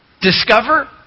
discover